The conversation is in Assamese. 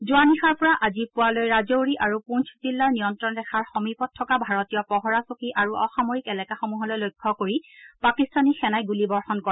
যোৱা নিশাৰ পৰা আজি পুৱালৈ ৰাজৌৰি আৰু পূঞ্চ জিলাৰ নিয়ন্ত্ৰণ ৰেখাৰ সমীপত থকা ভাৰতীয় পহৰা চকী আৰু অসামৰিক এলেকাসমূহলৈ লক্ষ্য কৰি পাকিস্তানী সেনাই এই গুলীবৰ্ষণ কৰে